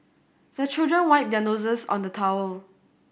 the children wipe their noses on the towel